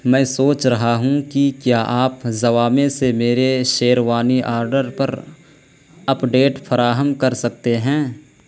میں سوچ رہا ہوں کہ کیا آپ زوامے سے میرے شیروانی آرڈر پر اپڈیٹ فراہم کر سکتے ہیں